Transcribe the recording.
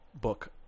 book